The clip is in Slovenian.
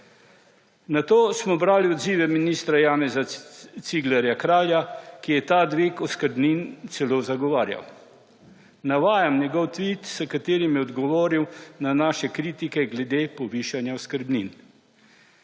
Nato smo brali odziva ministra Janeza Ciglerja Kralja, ki je ta dvig oskrbnin celo zagovarjal. Navajam njegov tweet, s katerim je odgovoril na naše kritike glede povišanja oskrbnin: